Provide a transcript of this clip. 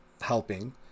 helping